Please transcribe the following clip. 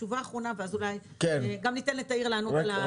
תשובה אחרונה ואז גם ניתן לתאיר לענות על שוק העבודה.